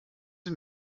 sie